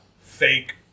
fake